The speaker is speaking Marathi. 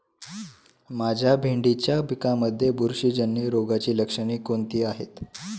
माझ्या भेंडीच्या पिकामध्ये बुरशीजन्य रोगाची लक्षणे कोणती आहेत?